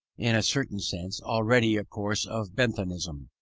in a certain sense, already a course of benthamism.